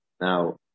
Now